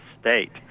state